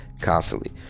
constantly